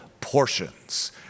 portions